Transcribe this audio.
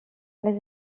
les